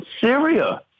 Syria